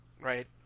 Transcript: right